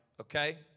Okay